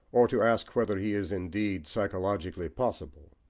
or to ask whether he is indeed psychologically possible.